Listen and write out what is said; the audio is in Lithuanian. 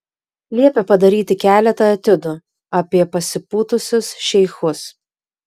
liepė padaryti keletą etiudų apie pasipūtusius šeichus